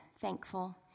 thankful